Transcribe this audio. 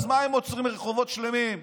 אז מה אם עוצרים רחובות שלמים,